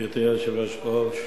גברתי היושבת-ראש,